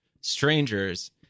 strangers